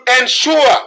ensure